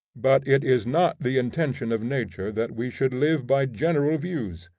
but it is not the intention of nature that we should live by general views.